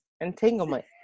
entanglement